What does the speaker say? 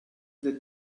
they